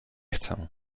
chcę